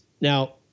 Now